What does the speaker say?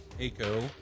Aiko